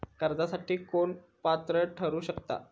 कर्जासाठी कोण पात्र ठरु शकता?